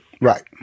Right